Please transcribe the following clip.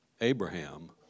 Abraham